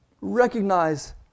Recognize